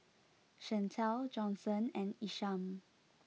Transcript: Shantel Johnson and Isham